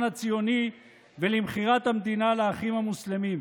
הציוני ולמכירת המדינה לאחים המוסלמים,